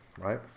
right